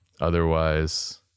Otherwise